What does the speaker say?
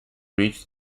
reached